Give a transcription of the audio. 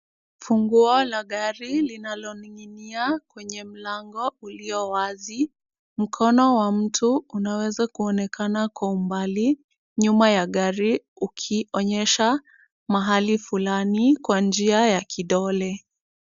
Funguo la gari linaloning'inia kwenye mlango uliowazi. Mkono wa mtu unaweza kuonekana kwa umbali nyuma ya gari, ukionyesha mahali fulani kwa njia ya kidole.